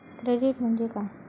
Credit म्हणजे काय?